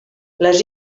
les